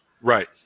right